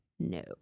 No